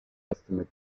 estimate